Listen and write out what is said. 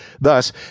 Thus